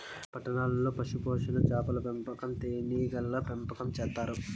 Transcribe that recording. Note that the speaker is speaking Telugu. పట్టణాల్లో పశుపోషణ, చాపల పెంపకం, తేనీగల పెంపకం చేత్తారు